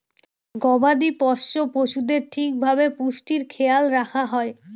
গবাদি পোষ্য পশুদের ঠিক ভাবে পুষ্টির খেয়াল রাখা হয়